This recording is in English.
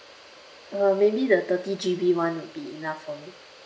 uh maybe the thirty G_B one would be enough for me